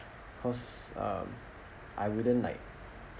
cause um I wouldn't like